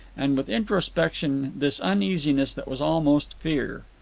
and with introspection this uneasiness that was almost fear.